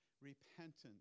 repentance